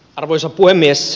arvoisa puhemies